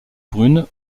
brune